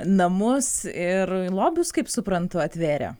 namus ir lobius kaip suprantu atvėrė